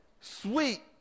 sweet